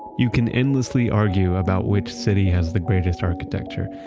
you can endlessly argue about which city has the greatest architecture.